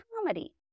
comedy